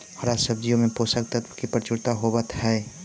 हरा सब्जियों में पोषक तत्व की प्रचुरता होवत हई